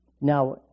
Now